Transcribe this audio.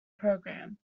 programme